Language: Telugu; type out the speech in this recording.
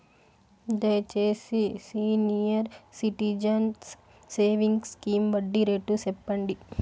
దయచేసి సీనియర్ సిటిజన్స్ సేవింగ్స్ స్కీమ్ వడ్డీ రేటు సెప్పండి